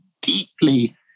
deeply